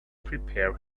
prepare